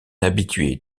habitué